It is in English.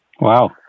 wow